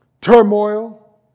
turmoil